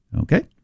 Okay